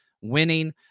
winning